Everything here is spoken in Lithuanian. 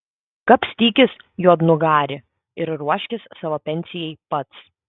kapstykis juodnugari ir ruoškis savo pensijai pats